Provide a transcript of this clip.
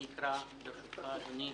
אני אקרא ברשותך, אדוני,